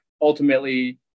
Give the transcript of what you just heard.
ultimately